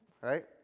right